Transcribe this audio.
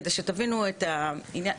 כדי שתבינו את העניין.